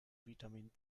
vitamin